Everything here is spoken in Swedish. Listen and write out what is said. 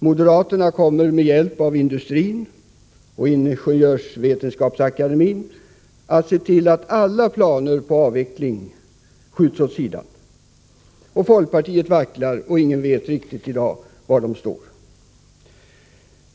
Moderaterna kommer med hjälp av industrin och Ingenjörsvetenskapsakademien, IVA, att se till att alla planer på avveckling skjuts åt sidan. Folkpartiet vacklar, och ingen vet i dag riktigt var det står.